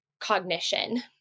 cognition